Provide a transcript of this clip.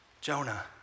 Jonah